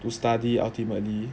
to study ultimately